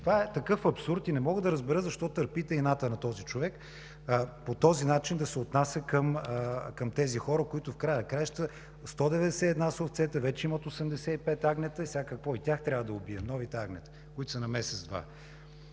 Това е такъв абсурд и не мога да разбера защо търпите ината на този човек да се отнася по този начин към тези хора, на които в края на краищата 191 са овцете, вече имат 85 агнета и сега какво, и тях трябва да убием – новите агнета, които са на месец-два?